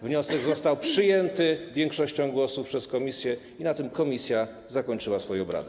Wniosek został przyjęty większością głosów przez komisję i na tym komisja zakończyła swoje obrady.